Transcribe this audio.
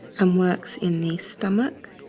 um works in the stomach